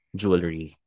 jewelry